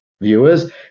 viewers